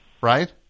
right